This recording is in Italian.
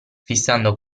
fissando